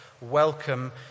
welcome